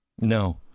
No